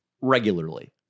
regularly